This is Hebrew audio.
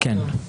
כן.